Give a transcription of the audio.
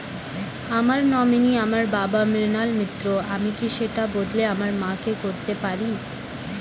আমার নমিনি আমার বাবা, মৃণাল মিত্র, আমি কি সেটা বদলে আমার মা কে করতে পারি?